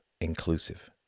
inclusive